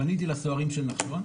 פניתי לסוהרים של נחשון.